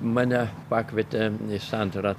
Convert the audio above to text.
mane pakvietė į santarą